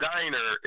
Diner